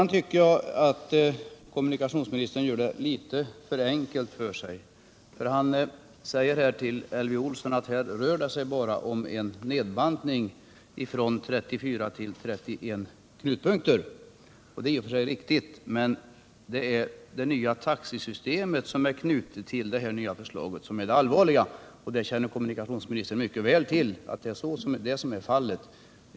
Jag tycker vidare att kommunikationsministern gör det litet för enkelt för sig när han säger till Elvy Nilsson att det bara rör sig om en nedbantning från 34 till 31 knutpunkter. Det är i och för sig riktigt, men det är det nya taxesystem som är knutet till förslaget som är det allvarliga, och det känner kommunikationsministern mycket väl till.